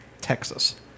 Texas